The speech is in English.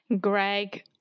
Greg